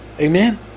Amen